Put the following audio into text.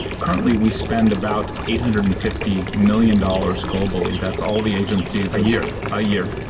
currently we spend about eight hundred and fifty million dollars globally, that's all the agencies. a year? a year,